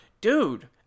Dude